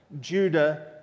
...Judah